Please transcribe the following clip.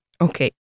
Okay